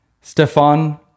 Stefan